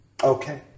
Okay